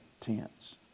tense